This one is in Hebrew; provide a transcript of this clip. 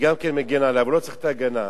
גם אני מגן עליו, הוא לא צריך את ההגנה.